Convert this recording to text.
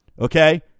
okay